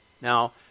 Now